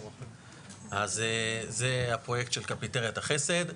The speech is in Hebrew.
אז זה הפרויקט של קפיטריית החסד.